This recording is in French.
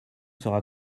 sera